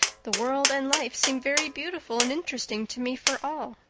the world and life seem very beautiful and interesting to me for all.